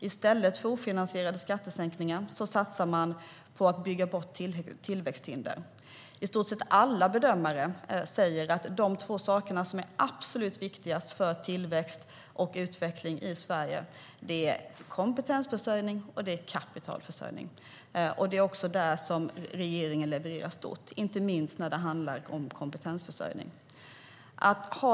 I stället för ofinansierade skattesänkningar satsar man på att bygga bort tillväxthinder. I stort sett alla bedömare säger att de två saker som är absolut viktigast för tillväxt och utveckling i Sverige är kompetensförsörjning och kapitalförsörjning. Det är också där regeringen levererar stort, inte minst när det handlar om kompetensförsörjning.